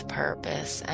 purpose